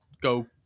go